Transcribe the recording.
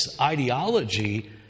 ideology